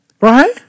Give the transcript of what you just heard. Right